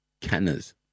canners